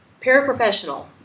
paraprofessional